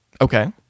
Okay